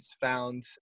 found